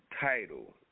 title –